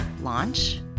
launch